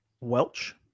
Welch